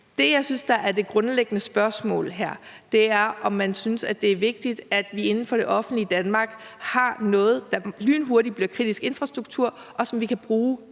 Det, jeg synes er det grundlæggende spørgsmål her, er, om man synes, at det er vigtigt, at vi inden for det offentlige Danmark har noget, der lynhurtigt bliver kritisk infrastruktur, og som vi kan bruge